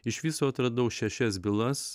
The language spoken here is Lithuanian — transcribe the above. iš viso atradau šešias bylas